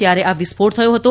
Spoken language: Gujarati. જ્યારે આ વિસ્ફોટ થયો હતો